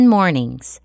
Mornings